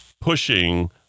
pushing